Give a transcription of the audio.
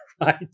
right